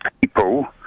people